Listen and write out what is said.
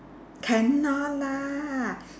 cannot lah